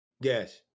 Yes